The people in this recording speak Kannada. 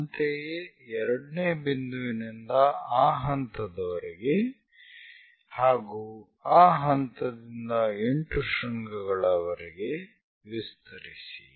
ಅಂತೆಯೇ ಎರಡನೇ ಬಿಂದುವಿನಿಂದ ಆ ಹಂತದವರೆಗೆ ಹಾಗೂ ಆ ಹಂತದಿಂದ 8 ಶೃಂಗಗಳವರೆಗೆ ವಿಸ್ತರಿಸಿ